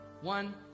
one